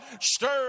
stir